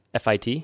FIT